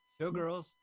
showgirls